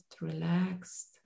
relaxed